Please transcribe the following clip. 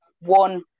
one